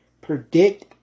predict